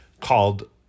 called